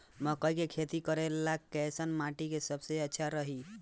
मकई के खेती करेला कैसन माटी सबसे अच्छा रही?